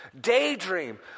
Daydream